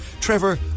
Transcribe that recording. Trevor